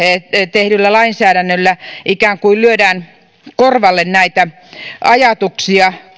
tehdyllä lainsäädännöllä ikään kuin lyödään korvalle näitä ajatuksia